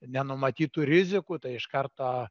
nenumatytų rizikų tai iš karto